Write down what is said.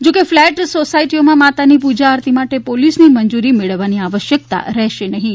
જોકે ફ્લેટ સોસાયટીઓમાં માતાજીની પૂજા આરતી માટે પોલીસની મંજૂરી મેળવવાની આવશ્યકતા રહેશે નહીં